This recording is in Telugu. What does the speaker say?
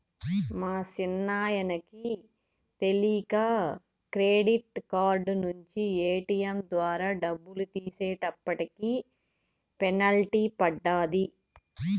మా సిన్నాయనకి తెలీక క్రెడిట్ కార్డు నించి ఏటియం ద్వారా డబ్బులు తీసేటప్పటికి పెనల్టీ పడ్డాది